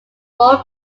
role